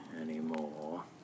anymore